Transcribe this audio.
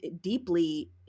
deeply